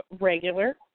regular